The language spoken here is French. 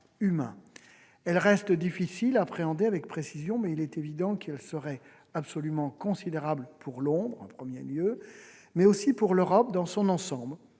Elles restent difficiles à appréhender avec précision, mais il est évident qu'elles seraient absolument considérables, pour Londres en premier lieu, mais aussi pour l'Europe dans son ensemble